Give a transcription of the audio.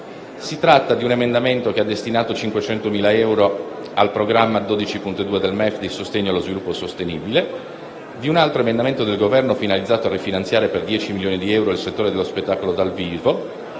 Si tratta di un emendamento che ha destinato 500.000 euro al programma 12.2 del MEF di sostegno allo sviluppo sostenibile, di un altro emendamento del Governo finalizzato a rifinanziare per 10 milioni di euro il settore dello spettacolo dal vivo